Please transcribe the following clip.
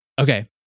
Okay